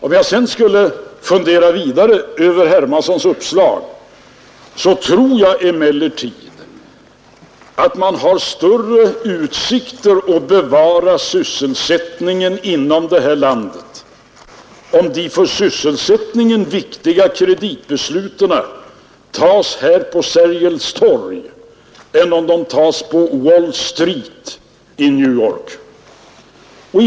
Om jag sedan skall fundera vidare över herr Hermanssons uppslag, tror jag emellertid att man har större utsikter att bevara sysselsättningen i detta land, om de för sysselsättningen viktiga kreditbesluten fattas här vid Sergels torg än om de fattas på Wall Street i New York.